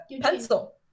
pencil